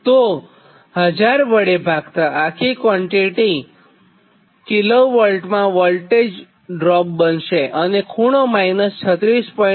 તો1000 વડે ભાગતાઆખી ક્વોન્ટીટી કિલોવોલ્ટમાં વોલ્ટેજ ડ્રોપ બનશે અને ખૂણો 36